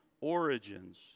origins